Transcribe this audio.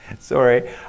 Sorry